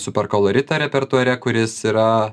superkolorite repertuare kuris yra